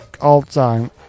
all-time